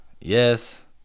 Yes